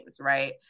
right